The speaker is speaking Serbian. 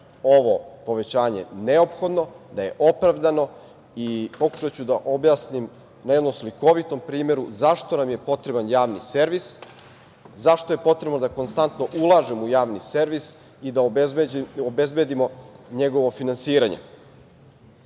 ovo povećanje neophodno, da je opravdano i pokušaću da objasnim na jednom slikovitom primeru zašto nam je potreban javni servis, zašto je potrebno da konstantno ulažemo u javni servis i da obezbedimo njegovo finansiranje. Pre